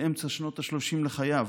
באמצע שנות ה-30 לחייו,